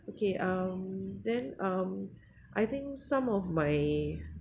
okay um then um I think some of my